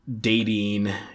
dating